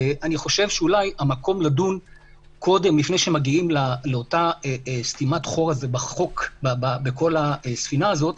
לפני שמגיעים לאותה סתימת חור בחוק בכל הספינה הזאת,